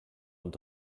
und